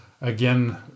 Again